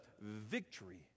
victory